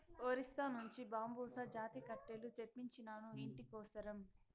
ఒరిస్సా నుంచి బాంబుసా జాతి కట్టెలు తెప్పించినాను, ఇంటి కోసరం